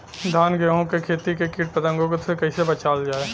धान गेहूँक खेती के कीट पतंगों से कइसे बचावल जाए?